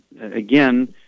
again